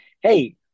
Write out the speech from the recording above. hey